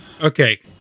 Okay